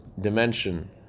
dimension